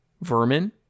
Vermin